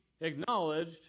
acknowledged